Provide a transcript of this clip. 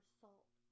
salt